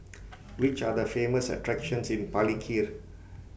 Which Are The Famous attractions in Palikir